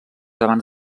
abans